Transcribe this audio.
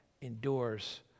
endures